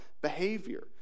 behavior